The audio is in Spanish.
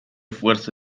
fuerza